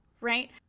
Right